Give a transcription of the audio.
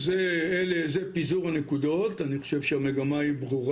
הדיון הזה הוא בעצם איזה שהוא איזו שהיא הקדמה לפני שמגיע